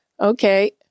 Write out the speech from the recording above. Okay